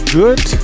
good